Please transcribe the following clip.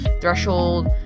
threshold